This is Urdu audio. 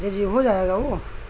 جی جی ہو جائے گا وہ